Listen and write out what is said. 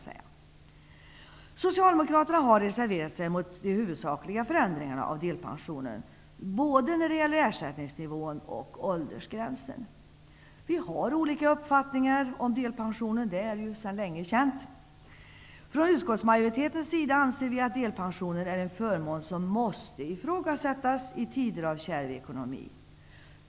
Socialdemokraterna har reserverat sig mot de huvudsakliga förändringarna av delpensionen både när det gäller ersättningsnivån och när det gäller åldersgränsen. Vi har olika uppfattningar om delpensionen; det är sedan länge känt. Utskottsmajoriteten anser att delpensionen är en förmån som måste ifrågasättas i tider av kärv ekonomi.